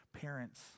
parents